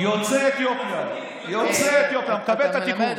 הכול בסדר, אני לא מצפה